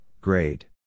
grade